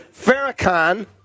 Farrakhan